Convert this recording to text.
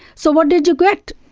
so what did you get?